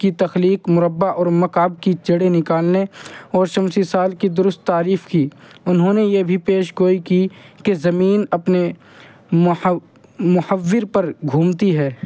کی تخلیق مربع اور مکعب کی جڑیں نکالنے اور شمسی سال کی درست تعریف کی انہوں نے یہ بھی پیش گوئی کی کہ زمین اپنے محور پر گھومتی ہے